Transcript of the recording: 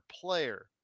player